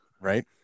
right